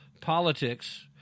Politics